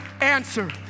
answer